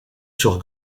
sur